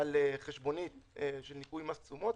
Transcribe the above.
על חשבונית של ניכוי מס תשומות